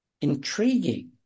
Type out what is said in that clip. intriguing